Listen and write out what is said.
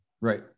Right